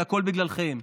והכול בגללכם.